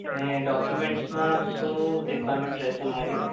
ને ડોક્યુમેંટ્સમાં શું રીકવામેન્ટ્સ રહેશે મારી